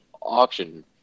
Auction